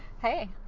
Hey